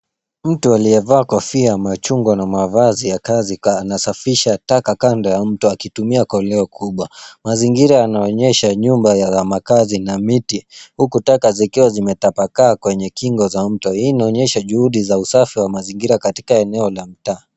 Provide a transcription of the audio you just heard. Mtu aliyevaa kofia ya machungwa na mavazi ya kazi anasafisha taka kando ya mto akitumia koleo kubwa. Mazingira yanaonyesha nyumba ya makazi na miti, huku taka zikiwa zimetapakaa kwenye kingo za mto. Hii inaonyesha juhudi za usafi wa mazingira katika eneo la mtaa.